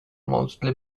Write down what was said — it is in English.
mostly